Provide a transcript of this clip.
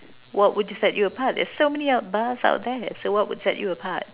what would you set you apart there's so many out bars out there so what would set you apart